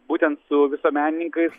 būtent su visuomenininkais